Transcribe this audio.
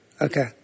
Okay